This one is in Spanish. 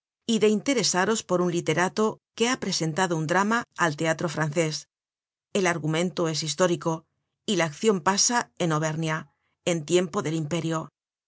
y de interesaros por un literato que ha presentado un drama al teatro frances el argumento es historico y la accion pasa en auvernia en tiempo del imperio